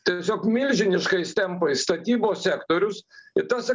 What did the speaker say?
tiesiog milžiniškais tempais statybos sektorius ir tas